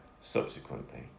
subsequently